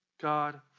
God